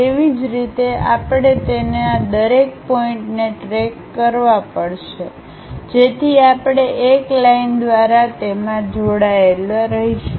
તેવી જ રીતે આપણે તેને આ દરેક પોઇન્ટ ને ટ્રેક કરવા પડશે જેથી આપણે એક લાઈનદ્વારા તેમાં જોડાયેલા રહીશું